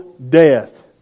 Death